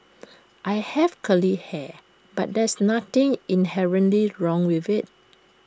I have curly hair but there's nothing inherently wrong with IT